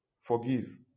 forgive